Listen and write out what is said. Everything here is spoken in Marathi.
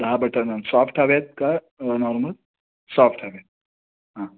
दहा बटर नान सॉफ्ट हवे आहेत का नॉर्मल सॉफ्ट हवे आहेत हां